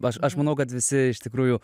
aš aš manau kad visi iš tikrųjų